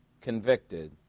convicted